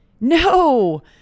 no